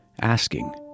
asking